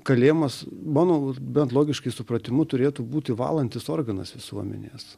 kalėjimas mano bent logiškai supratimu turėtų būti valantis organas visuomenės